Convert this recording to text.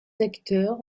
acteurs